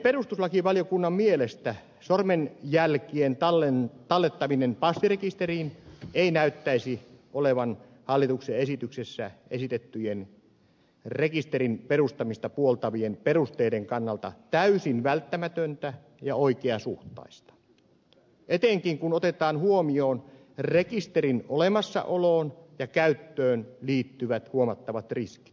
perustuslakivaliokunnan mielestä sormenjälkien tallettaminen passirekisteriin ei näyttäisi olevan hallituksen esityksessä esitettyjen rekisterin perustamista puoltavien perusteiden kannalta täysin välttämätöntä ja oikeasuhtaista etenkin kun otetaan huomioon rekisterin olemassaoloon ja käyttöön liittyvät huomattavat riskit